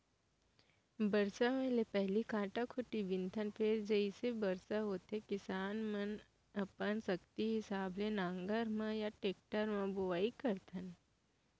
बरसा होए ले पहिली कांटा खूंटी बिनथन फेर जइसे बरसा होथे किसान मनअपन सक्ति हिसाब ले नांगर म या टेक्टर म बोआइ करथन